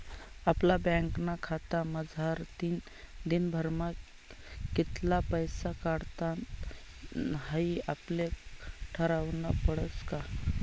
आपला बँकना खातामझारतीन दिनभरमा कित्ला पैसा काढानात हाई आपले ठरावनं पडस का